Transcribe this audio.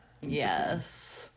Yes